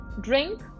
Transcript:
drink